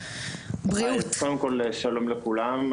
שלום לכולם.